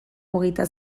hogeita